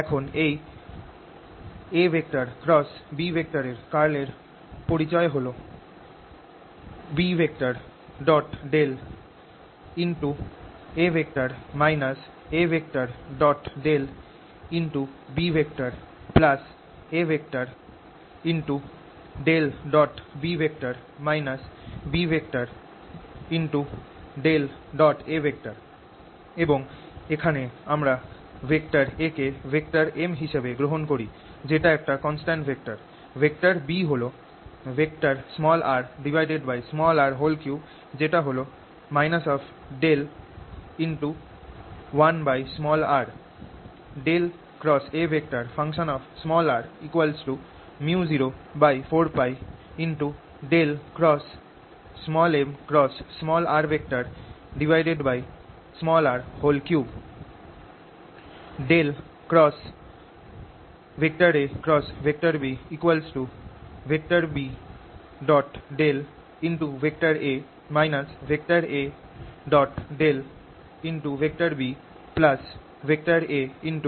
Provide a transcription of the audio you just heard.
এখন এই AxB র কার্ল এর পরিচয় হল B A ABA B B A এবং এখানে আমরা ভেক্টর A কে m হিসাবে গ্রহণ করি যেটা একটা কনস্ট্যান্ট ভেক্টর ভেক্টর B হল rr3 যেটা হল 1r